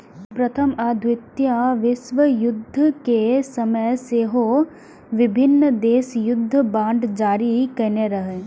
प्रथम आ द्वितीय विश्वयुद्ध के समय सेहो विभिन्न देश युद्ध बांड जारी केने रहै